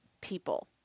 people